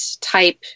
type